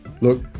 look